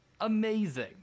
amazing